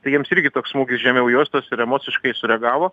tai jiems irgi toks smūgis žemiau juostos ir emociškai sureagavo